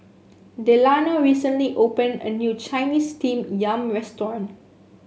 Delano recently opened a new Chinese Steamed Yam restaurant